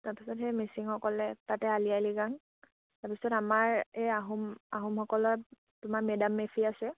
তাৰপিছত সেই মিচিংসকলে তাতে আলি আই লৃগাং তাৰপিছত আমাৰ এই আহোম আহোমসকলৰ তোমাৰ মেডাম মেফি আছে